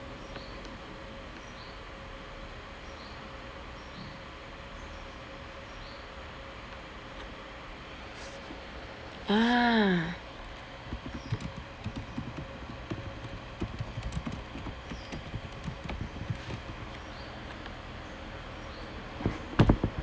ah